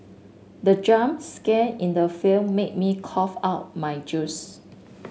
the jump scare in the film made me cough out my juice